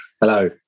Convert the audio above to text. Hello